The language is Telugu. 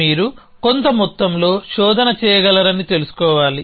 మీరు కొంత మొత్తంలో శోధన చేయగలరని తెలుసుకోవాలి